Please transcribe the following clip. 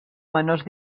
menors